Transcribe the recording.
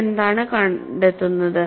നിങ്ങൾ എന്താണ് കണ്ടെത്തുന്നത്